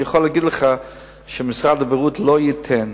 אני יכול להגיד לך שמשרד הבריאות לא ייתן